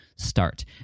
start